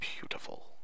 beautiful